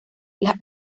las